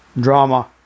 Drama